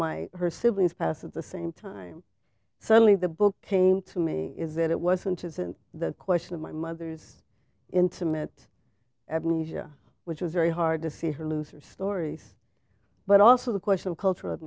my her siblings passed at the same time suddenly the book came to me is that it wasn't isn't that question of my mother's intimate abuja which was very hard to feed her loser stories but also the question of cultural